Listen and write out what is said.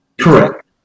Correct